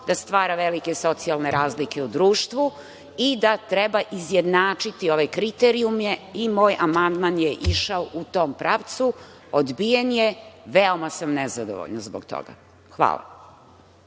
da stvara velike socijalne razlike u društvu i da treba izjednačiti ove kriterijume i moj amandman je išao u tom pravcu, odbijen je, veoma sam nezadovoljna zbog toga. Hvala.